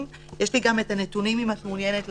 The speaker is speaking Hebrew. אני רוצה להודות מאוד לוועדה שנרתמה